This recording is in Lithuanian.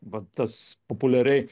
va tas populiariai